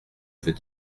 veux